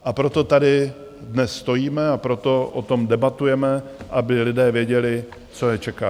A proto tady dnes stojíme a proto o tom debatujeme, aby lidé věděli, co je čeká.